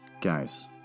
Guys